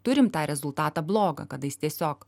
turim tą rezultatą blogą kada jis tiesiog